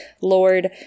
lord